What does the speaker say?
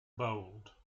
bold